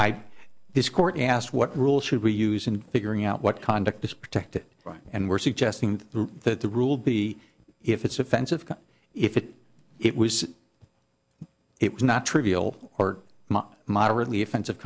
i this court asked what rules should we use in figuring out what conduct is protected right and we're suggesting that the rule be if it's offensive if it was it was not trivial or moderately offensive